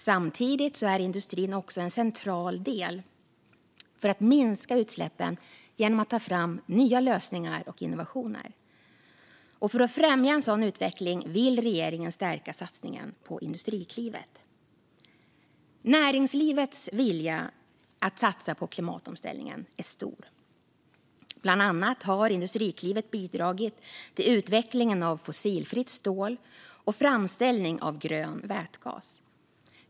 Samtidigt är industrin också en central del när det gäller att minska utsläppen genom att ta fram nya lösningar och innovationer. För att främja en sådan utveckling vill regeringen stärka satsningen på Industriklivet. Näringslivets vilja att satsa på klimatomställningen är stor. Bland annat har Industriklivet bidragit till utveckling av fossilfritt stål och framställning av grön vätgas.